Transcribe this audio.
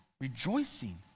rejoicing